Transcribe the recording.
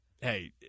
hey